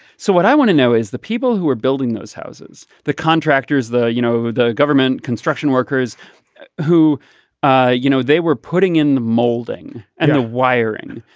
so what i want to know is the people who were building those houses the contractors the you know the government construction workers who you know they were putting in the molding and the wiring.